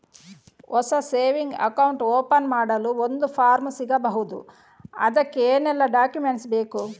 ಹೊಸ saving account open ಮಾಡಲು ಒಂದು ಫಾರ್ಮ್ ಸಿಗಬಹುದು? ಅದಕ್ಕೆ ಏನೆಲ್ಲಾ ಡಾಕ್ಯುಮೆಂಟ್ಸ್ ಬೇಕು?